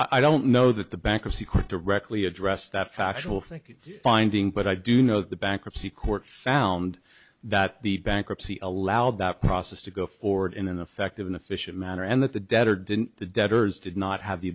have i don't know that the bankruptcy court directly addressed that factual think it finding but i do know that the bankruptcy court found that the bankruptcy allowed that process to go forward in an effective and efficient manner and that the debtor didn't the debtors did not have the